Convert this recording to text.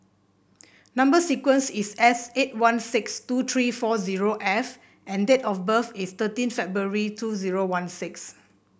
number sequence is S eight one six two three four zero F and date of birth is thirteen February two zero one six